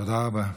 תודה.